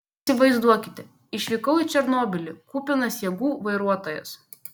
įsivaizduokite išvykau į černobylį kupinas jėgų vairuotojas